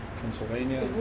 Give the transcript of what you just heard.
Pennsylvania